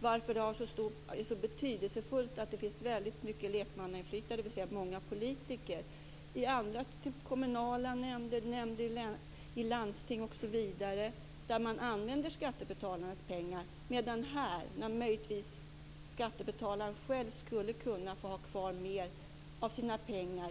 Varför är det så betydelsefullt att det finns ett stort lekmannainflytande, dvs. många politiker, i kommunala nämnder, landsting osv., där man använder skattebetalarnas pengar, men inte i skattenämnden, vars beslut kanske kan ge skattebetalaren en möjlighet att få kvar mer av sina pengar?